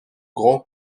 grand